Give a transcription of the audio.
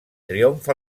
triomf